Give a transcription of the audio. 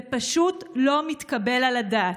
זה פשוט לא מתקבל על הדעת.